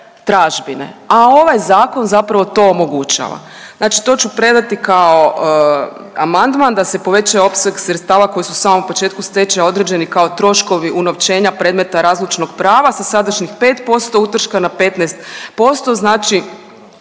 tražbine, a ovaj zakon zapravo to omogućava. Znači to ću predati kao amandman da se poveća opseg sredstava koji su u samom početku stečaja određeni kao troškovi unovčenja predmeta razlučnog prava sa sadašnjih 5% utrška, na 15% znači